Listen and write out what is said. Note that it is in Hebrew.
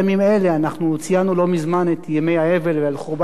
אנחנו ציינו לא מזמן את ימי האבל על חורבן בית-המקדש.